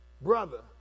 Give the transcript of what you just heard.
brother